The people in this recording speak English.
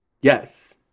Yes